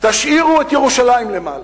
תשאירו את ירושלים למעלה.